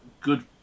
good